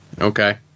Okay